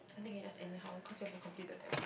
I think can just anyhow cause you have to complete the deck